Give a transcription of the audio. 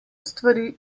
stvari